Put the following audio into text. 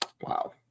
wow